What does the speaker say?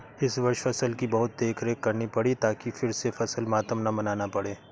इस वर्ष फसल की बहुत देखरेख करनी पड़ी ताकि फिर से फसल मातम न मनाना पड़े